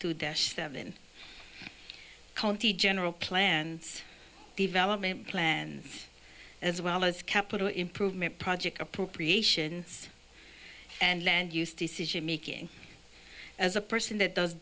sherman county general plans development plans as well as capital improvement project appropriations and land use decision making as a person that does